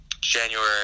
January